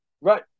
right